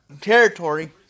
territory